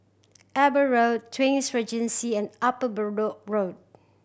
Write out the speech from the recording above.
Eber Road Twin Regency and Upper Bedok Road